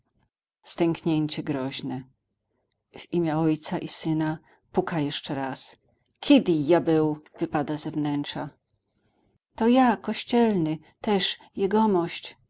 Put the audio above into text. czwarty stęknięcie groźne w imię ojca i syna puka jeszcze raz ki djabeł wypada ze wnętrza to ja kościelny też jegomość